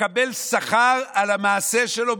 שמקבל שכר על המעשה שלו,